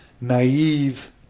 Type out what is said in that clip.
naive